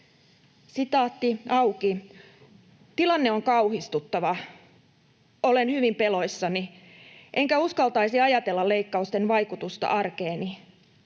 kesken.” ”Tilanne on kauhistuttava. Olen hyvin peloissani, enkä uskaltaisi ajatella leikkausten vaikutusta arkeeni.